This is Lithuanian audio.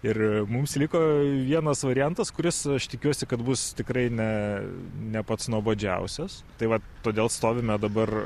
ir mums liko vienas variantas kuris aš tikiuosi kad bus tikrai ne ne pats nuobodžiausias tai va todėl stovime dabar